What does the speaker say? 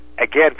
again